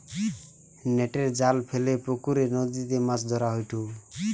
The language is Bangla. নেটের জাল ফেলে পুকরে, নদীতে মাছ ধরা হয়ঢু